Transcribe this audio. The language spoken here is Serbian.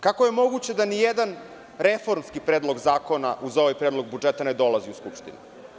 Kako je moguće da nijedan reformski predlog zakona uz ovaj Predlog budžeta ne dolazi u Skupštinu?